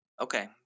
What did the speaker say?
Okay